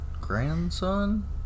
grandson